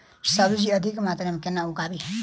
सब्जी अधिक मात्रा मे केना उगाबी?